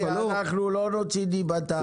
אני לא נוציא דיבתה.